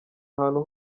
hantu